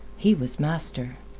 he was master.